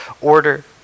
order